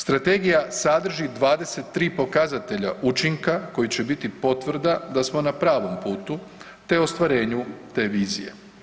Strategija sadrži 23 pokazatelja učinka koji će biti potvrda da smo na pravom putu te ostvarenju te vizije.